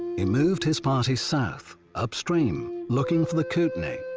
he moved his party south, upstream, looking for the kootenai,